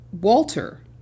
Walter